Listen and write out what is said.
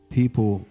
people